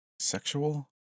Sexual